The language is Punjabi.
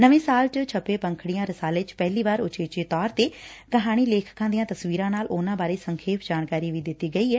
ਨਵੇ ਸਾਲ ਚ ਛਪੇ ਪੰਖੜੀਆਂ ਰਸਾਲੇ ਚ ਪਹਿਲੀ ਵਾਰ ਉਚੇਚੇ ਤੌਰ ਤੇ ਕਹਾਣੀ ਲੇਖਕਾਂ ਦੀਆਂ ਤਸਵੀਰਾਂ ਨਾਲ ਉਨ੍ਹਾਂ ਬਾਰੇ ਸੰਖੇਪ ਜਾਣਕਾਰੀ ਵੀ ਦਿੱਤੀ ਗਈ ਐ